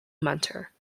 mentor